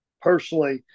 personally